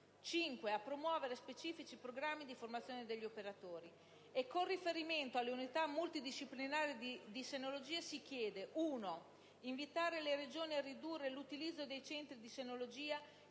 di promuovere specifici programmi di formazione degli operatori. Con riferimento alle unità multidisciplinari di senologia, si chiede di invitare le Regioni a ridurre l'utilizzo dei centri di senologia